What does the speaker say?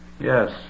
Yes